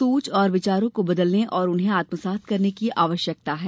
सोच और विचारों को बदलने और उन्हें आत्मसात करने की आवश्यकता है